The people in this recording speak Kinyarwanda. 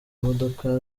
imodoka